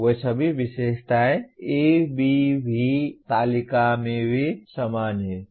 वे सभी विशेषताएं ABV तालिका में भी समान हैं